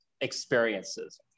experiences